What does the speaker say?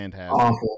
awful